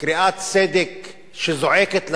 קריאת צדק שזועקת לשמים,